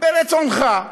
ברצונך.